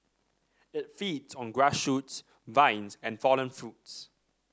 it feeds on grass shoots vines and fallen fruits